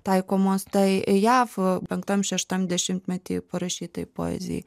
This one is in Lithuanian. taikomos tai jav penktam šeštam dešimtmetyje parašytai poezijai